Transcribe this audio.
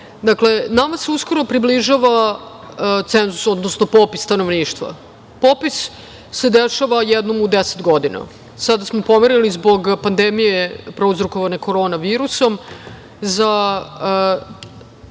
naglasim. Nama se uskoro približava cenzus, odnosno popis stanovništva. Popis se dešava jednom u deset godina. Sada smo pomerili zbog pandemije prouzrokovane korona virusom za